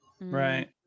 Right